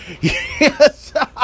Yes